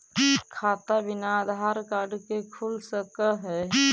खाता बिना आधार कार्ड के खुल सक है?